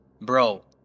bro